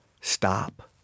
Stop